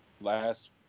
last